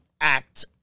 act